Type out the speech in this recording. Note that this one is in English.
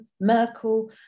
Merkel